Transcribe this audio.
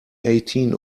eigtheen